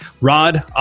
Rod